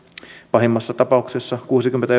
pahimmassa tapauksessa kuusikymmentä